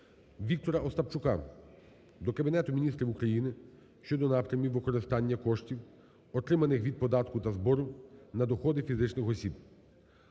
Віктора Остапчука до Кабінету Міністрів України щодо напрямів використання коштів, отриманих від податку та збору на доходи фізичних осіб.